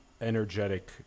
energetic